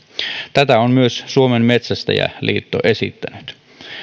tätä on myös suomen metsästäjäliitto esittänyt